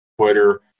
Twitter